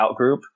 outgroup